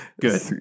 Good